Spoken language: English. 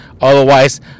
Otherwise